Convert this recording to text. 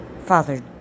Father